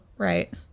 Right